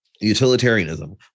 Utilitarianism